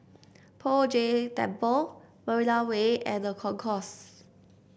Poh Jay Temple Marina Way and The Concourse